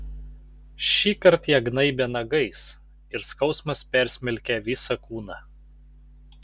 šįkart jie gnaibė nagais ir skausmas persmelkė visą kūną